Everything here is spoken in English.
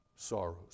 sorrows